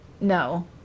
No